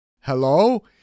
Hello